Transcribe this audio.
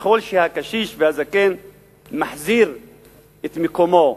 ככל שהקשיש והזקן מחזיר את מקומו,